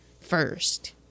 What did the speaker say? first